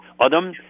Adam